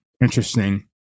interesting